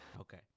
Okay